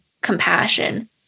compassion